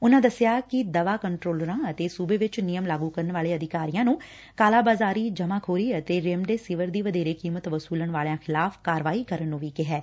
ਉਨਾਂ ਦਸਿਆ ਕਿ ਦਵਾ ਕੰਟਰੋਲਰਾਂ ਅਤੇ ਸੁਬੇ ਚ ਨਿਯਮ ਲਾਗੁ ਕਰਨ ਵਾਲੇ ਅਧਿਕਾਰੀਆਂ ਨੂੰ ਕਾਲਾ ਬਾਜ਼ਾਰੀ ਜਮਾਖੋਰੀ ਅਤੇ ਰੇਮਡੇ ਸਿਵਰ ਦੀ ਵਧੇਰੇ ਕੀਮਤ ਵਸੁਲਣ ਵਾਲਿਆਂ ਖਿਲਾਫ਼ ਕਾਰਵਾਈ ਕਰਨ ਨੂੰ ਕਿਹਾ ਗਿਐ